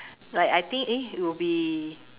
like I think eh it'll be